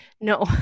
No